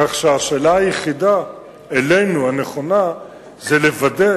כך שהשאלה היחידה הנכונה אלינו זה לוודא